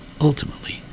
Ultimately